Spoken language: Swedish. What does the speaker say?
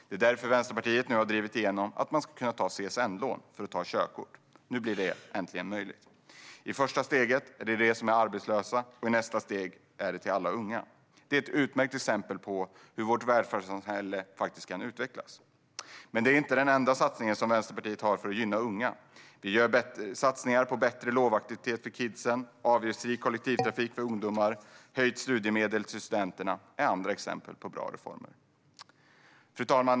Det är därför som Vänsterpartiet nu har drivit igenom att man ska kunna ta CSN-lån för att ta körkort. Nu blir det äntligen möjligt. I första steget handlar det om dem som är arbetslösa, och i nästa steg handlar det om alla unga. Det är ett utmärkt exempel på hur vårt välfärdssamhälle faktiskt kan utvecklas. Men det är inte den enda satsningen som Vänsterpartiet har för att gynna unga. Satsningar på bättre lovaktiviteter för kidsen, avgiftsfri kollektivtrafik för ungdomar och höjt studiemedel till studenterna är andra exempel på bra reformer. Fru talman!